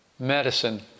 Medicine